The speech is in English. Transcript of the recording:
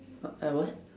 I what